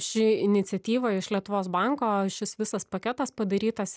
ši iniciatyva iš lietuvos banko šis visas paketas padarytas